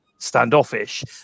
standoffish